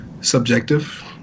subjective